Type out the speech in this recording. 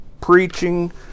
preaching